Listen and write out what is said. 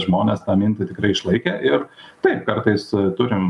žmonės tą mintį tikrai išlaikė ir taip kartais turim